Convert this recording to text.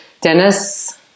Dennis